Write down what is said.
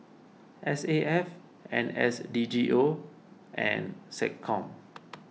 S A F N S D G O and SecCom